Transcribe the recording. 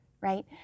right